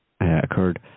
occurred